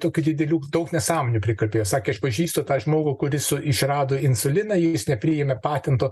tokių didelių daug nesąmonių prikalbėjo sakė aš pažįstu tą žmogų kuris išrado insuliną jis nepriėmė patento